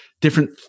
different